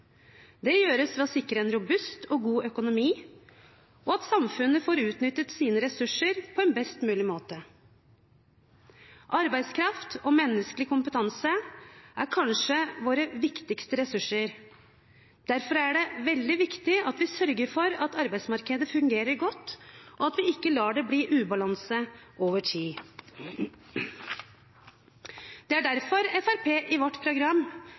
Det gjøres ved å sikre en robust og god økonomi og ved at samfunnet får utnyttet sine ressurser på en best mulig måte. Arbeidskraft og menneskelig kompetanse er kanskje våre viktigste ressurser. Derfor er det veldig viktig at vi sørger for at arbeidsmarkedet fungerer godt, og at vi ikke lar det bli ubalanse over tid. Det er derfor vi i Fremskrittspartiet i vårt program